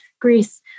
Greece